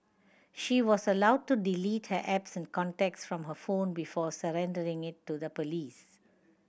she was allowed to delete her apps and contacts from her phone before surrendering it to the police